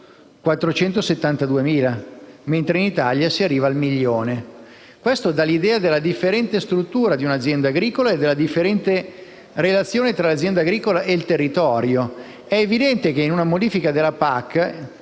472.000, mentre in Italia si arriva al milione. Questo dà l'idea della differente struttura di un'azienda agricola e della differente relazione tra l'azienda agricola stessa e il territorio. È evidente che, in fase di modifica della PAC,